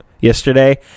yesterday